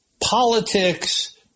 politics